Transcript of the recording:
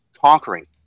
conquering